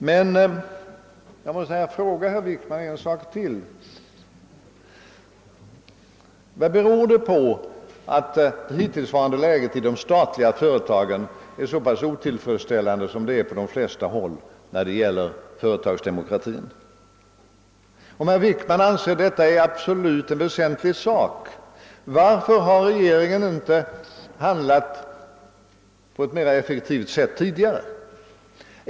Men jag måste fråga herr Wickman: Vad beror det på att läget i de statliga företagen hittills varit och fortfarande är så pass otillfredsställande när det gäller företagsdemokrati? Om herr Wickman anser att detta är en väsentlig sak, varför har regeringen då inte handlat på ett mera effektivt sätt tidigare?